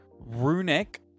Runic